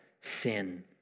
sin